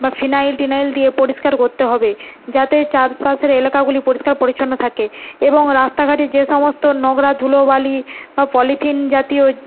বা ফিনাইল টিনাইল দিয়ে পরিষ্কার করতে হবে যাতে চারপাশের এলাকাগুলি পরিষ্কার পরিচ্ছন্ন থাকে এবং রাস্তাঘাটে যে সমস্ত নোংরা ধুলো বালি বা পলিথিন জাতীয়